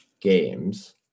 games